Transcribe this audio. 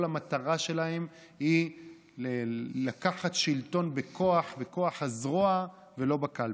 כל המטרה שלהם היא לקחת שלטון בכוח הזרוע ולא בקלפי.